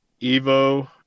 evo